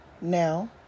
now